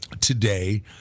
today